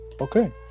Okay